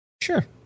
sure